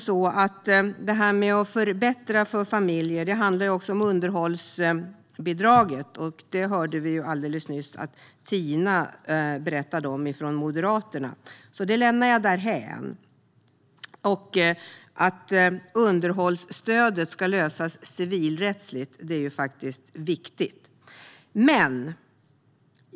När det gäller att förbättra för familjer handlar det också om underhållsbidraget. Vi hörde alldeles nyss Tina från Moderaterna berätta om det, så det lämnar jag därhän. Det är viktigt att underhållstödet ska lösas civilrättsligt. Herr talman!